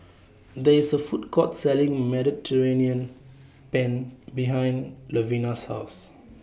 There IS A Food Court Selling Mediterranean Penne behind Lovina's House